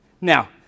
Now